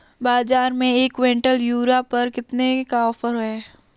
बाज़ार में एक किवंटल यूरिया पर कितने का ऑफ़र है?